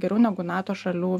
geriau negu nato šalių